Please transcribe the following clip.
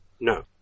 No